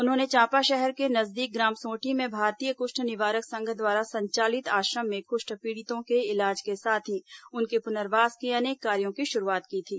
उन्होंने चांपा शहर के नजदीक ग्राम सोंठी में भारतीय कृष्ठ निवारक संघ द्वारा संचालित आश्रम में कृष्ठ पीड़ितों के इलाज के साथ ही उनके पुनर्वास के अनेक कार्यो की शुरूआत की थी